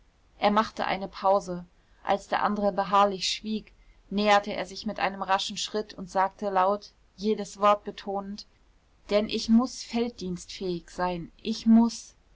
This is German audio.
er machte eine pause als der andere beharrlich schwieg näherte er sich mit einem raschen schritt und sagte laut jedes wort betonend denn ich muß felddienstfähig sein ich muß